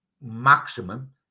maximum